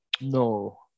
no